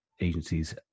agencies